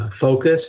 focus